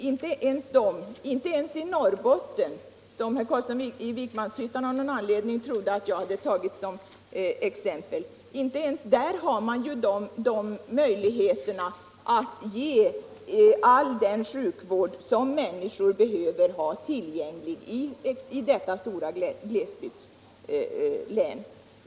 Inte ens i Norrbotten, som herr Carlsson i Vikmanshyttan av någon anledning trodde att jag hade tagit som exempel, har man möjlighet att ge all den sjukvård som människorna behöver i detta stora glesbygdslän.